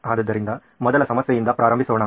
ಆದ್ದರಿಂದ ಮೊದಲ ಸಮಸ್ಯೆಯಿಂದ ಪ್ರಾರಂಭಿಸೋಣ